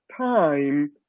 time